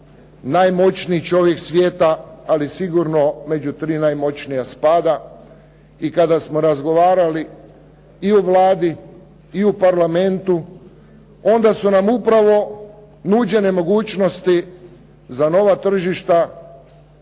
najmoćniji čovjek svijeta, ali sigurno među tri najmoćnija spada i kada smo razgovarali i u Vladi i u Parlamentu, onda su nam upravo nuđene mogućnosti za nova tržišta,